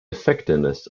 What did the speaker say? effectiveness